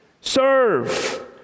Serve